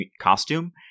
costume